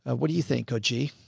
ah what do you think? oh, gee.